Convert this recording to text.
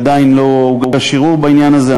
עדיין לא הוגש ערעור בעניין הזה,